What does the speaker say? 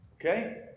Okay